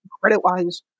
credit-wise